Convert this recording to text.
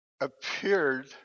appeared